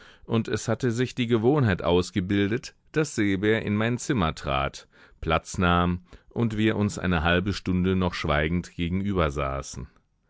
und es hatte sich die gewohnheit ausgebildet daß seebär in mein zimmer trat platz nahm und wir uns eine halbe stunde noch schweigend